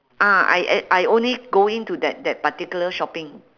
ah I I I only go in to that that particular shopping